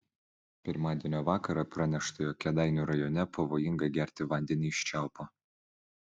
pirmadienio vakarą pranešta jog kėdainių rajone pavojinga gerti vandenį iš čiaupo